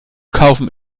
kaufen